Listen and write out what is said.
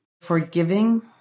forgiving